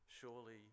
Surely